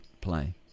play